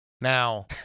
Now